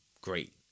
great